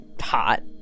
hot